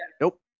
Nope